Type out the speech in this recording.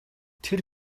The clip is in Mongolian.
тэр